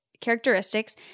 characteristics